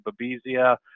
Babesia